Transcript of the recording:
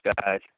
guys